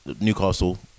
Newcastle